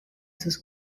sus